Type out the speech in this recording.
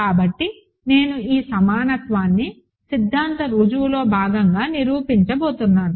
కాబట్టి నేను ఈ సమానత్వాన్ని సిద్ధాంత రుజువులో భాగంగా నిరూపించబోతున్నాను